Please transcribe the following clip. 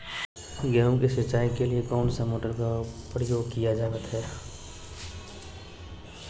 गेहूं के सिंचाई के लिए कौन सा मोटर का प्रयोग किया जावत है?